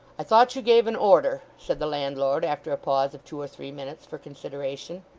i thought you gave an order said the landlord, after a pause of two or three minutes for consideration.